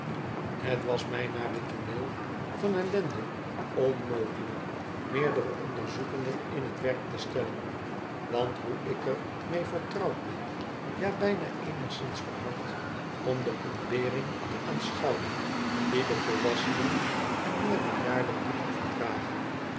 het was mij na dit tooneel van ellende onmogelijk meerdere onderzoekingen in het werk te stellen want hoe ik er me vertrouwd ben ja bijna eenigszins verhard om de ontbering te aanschouwen die de volwassenen en meer bejaarden moeten verdragen